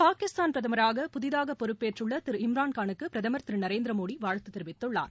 பாகிஸ்தான் பிரதமராக புதிதாக பொறுப்பேற்றுள்ள திரு இம்ரான் கானுக்கு பிரதமா் திரு நரேந்திரமோடி வாழ்த்து தெரிவித்துள்ளார்